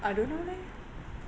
I don't know leh